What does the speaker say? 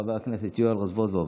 חבר הכנסת יואל רזבוזוב,